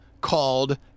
called